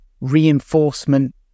reinforcement